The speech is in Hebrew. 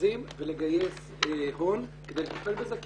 למכרזים ולגייס הון כדי לטפל בזה כי